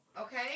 Okay